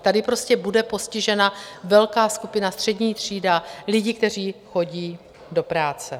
Tady bude postižena velká skupina, střední třída, lidi, kteří chodí do práce.